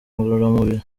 ngororamubiri